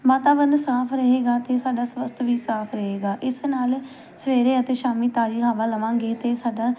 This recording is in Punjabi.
ਵਾਤਾਵਰਨ ਸਾਫ਼ ਰਹੇਗਾ ਤਾਂ ਸਾਡਾ ਸਵੱਸਥ ਵੀ ਸਾਫ਼ ਰਹੇਗਾ ਇਸ ਨਾਲ ਸਵੇਰੇ ਅਤੇ ਸ਼ਾਮੀ ਤਾਜ਼ੀ ਹਵਾ ਲਵਾਂਗੇ ਤਾਂ ਸਾਡਾ